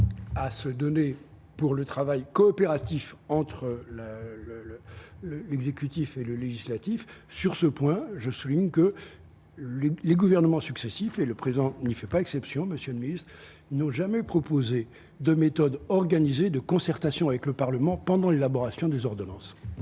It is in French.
à se donner pour le travail coopératif entre le le le l'exécutif et le législatif sur ce point, je souligne que Luc, les gouvernements successifs et le présent n'y fait pas exception, Monsieur le Ministre, nous jamais proposé de méthode organisé de concertation avec le Parlement pendant l'élaboration des ordonnances.